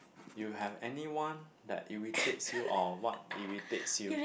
you have anyone that irritates you or what irritates you